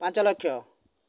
ପାଞ୍ଚ ଲକ୍ଷ